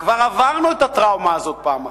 כבר עברנו את הטראומה הזאת פעם אחת.